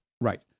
right